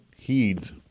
heeds